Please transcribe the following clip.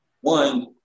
one